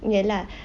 ya lah